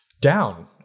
Down